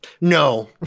No